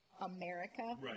America